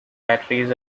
batteries